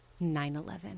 911